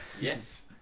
yes